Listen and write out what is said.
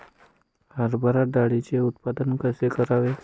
हरभरा डाळीचे उत्पादन कसे करावे?